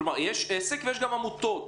כלומר, יש עסק ויש גם עמותות.